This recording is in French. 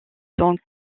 tant